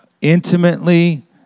intimately